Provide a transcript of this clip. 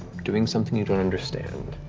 doing something you don't understand.